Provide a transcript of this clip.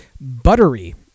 Buttery